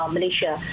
Malaysia